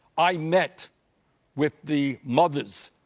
i met with the mothers